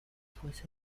fuese